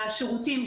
השירותים,